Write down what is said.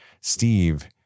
Steve